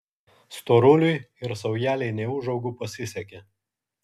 storuliui ir saujelei neūžaugų pasisekė